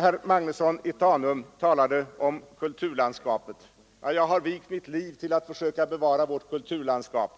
Herr Magnusson i Tanum talade om kulturlandskapet. Jag har vigt mitt liv åt att försöka bevara vårt kulturlandskap